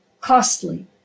costly